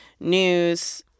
news